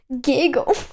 giggle